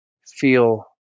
feel